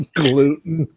gluten